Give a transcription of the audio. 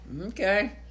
okay